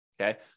okay